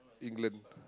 England